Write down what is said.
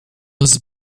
was